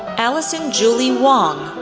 allison julie wong,